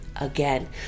again